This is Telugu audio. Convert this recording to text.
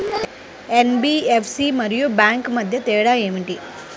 ఎన్.బీ.ఎఫ్.సి మరియు బ్యాంక్ మధ్య తేడా ఏమిటి?